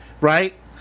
right